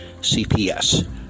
CPS